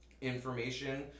information